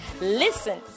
Listen